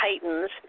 Titans